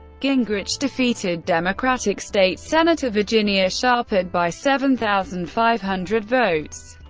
gingrich defeated democratic state senator virginia shapard by seven thousand five hundred votes.